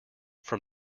from